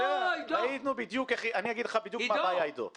עידו, אגיד לך בדיוק מה היה.